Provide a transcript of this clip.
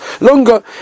longer